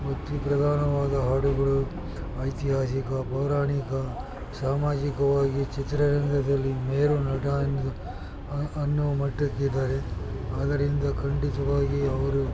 ಭಕ್ತಿ ಪ್ರಧಾನವಾದ ಹಾಡುಗಳು ಐತಿಹಾಸಿಕ ಪೌರಾಣಿಕ ಸಾಮಾಜಿಕವಾಗಿ ಚಿತ್ರರಂಗದಲ್ಲಿ ಮೇರುನಟ ಎಂದು ಅನ್ನೋ ಮಟ್ಟಕ್ಕಿದ್ದಾರೆ ಆದರಿಂದ ಖಂಡಿತವಾಗಿ ಅವರು